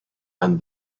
and